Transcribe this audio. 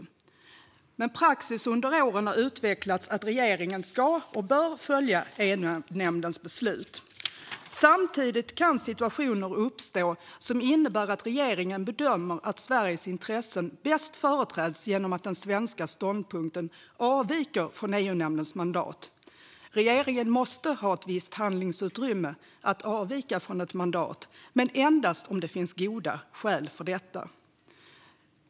Praxis har dock under åren utvecklats att regeringen ska och bör följa EU-nämndens beslut. Samtidigt kan situationer uppstå som innebär att regeringen bedömer att Sveriges intressen bäst företräds genom att den svenska ståndpunkten avviker från EU-nämndens mandat. Regeringen måste ha ett visst handlingsutrymme att avvika från ett mandat, men endast om det finns goda skäl för detta.